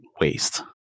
waste